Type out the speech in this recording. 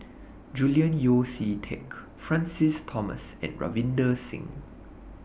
Julian Yeo See Teck Francis Thomas and Ravinder Singh